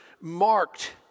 marked